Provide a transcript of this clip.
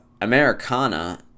americana